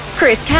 Chris